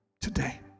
today